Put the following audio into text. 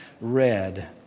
read